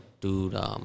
dude